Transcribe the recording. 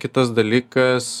kitas dalykas